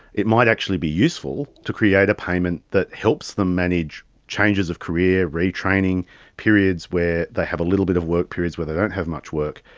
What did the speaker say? it might actually be useful to create a payment that helps them manage changes of career, retraining periods where they have a little bit of work periods where they don't have much work,